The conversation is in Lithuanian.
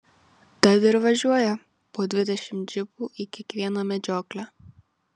tad ir važiuoja po dvidešimt džipų į kiekvieną medžioklę